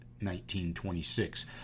1926